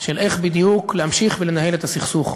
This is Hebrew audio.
של איך בדיוק להמשיך ולנהל את הסכסוך.